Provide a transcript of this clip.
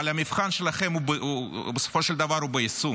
אבל המבחן שלכם בסופו של דבר הוא ביישום,